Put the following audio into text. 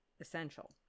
essential